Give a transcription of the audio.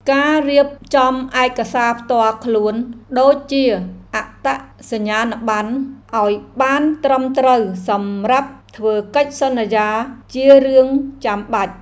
ការរៀបចំឯកសារផ្ទាល់ខ្លួនដូចជាអត្តសញ្ញាណប័ណ្ណឱ្យបានត្រឹមត្រូវសម្រាប់ធ្វើកិច្ចសន្យាជារឿងចាំបាច់។